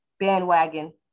bandwagon